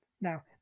Now